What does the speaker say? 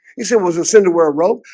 you said was a sin to wear a rope?